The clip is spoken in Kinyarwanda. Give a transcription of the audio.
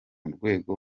rwego